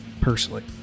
personally